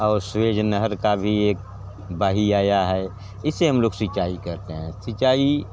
और स्वेज़ नहर का भी एक बाहीं आया है इससे हम लोग सिंचाई करते हैं सिंचाई